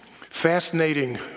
Fascinating